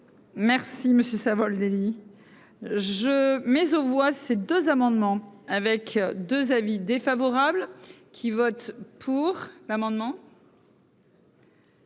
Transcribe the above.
monsieur Savoldelli je mais aux voit ces deux amendements avec 2 avis défavorables qui vote pour l'amendement.